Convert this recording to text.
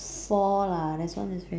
four lah there's one in